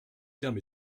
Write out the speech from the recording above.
terme